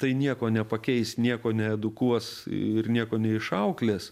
tai nieko nepakeis nieko needukuos ir nieko neišauklės